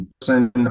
person